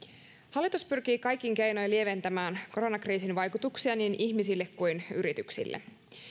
hallitus pyrkii kaikin keinoin lieventämään koronakriisin vaikutuksia niin ihmisille kuin yrityksille hallitus